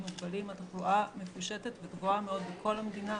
מוגבלים התחלואה מפושטת וגבוהה מאוד מכל המדינה.